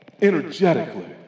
energetically